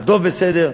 הדוב בסדר,